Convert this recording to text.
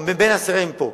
או מבין השרים פה,